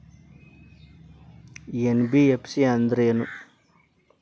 NBFC ಅಂದ್ರೇನು?